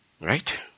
Right